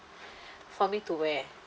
for me to wear